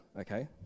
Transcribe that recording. okay